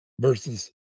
versus